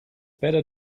better